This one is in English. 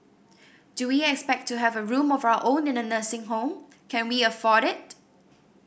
do we expect to have a room of our own in a nursing home and can we afford it